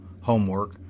homework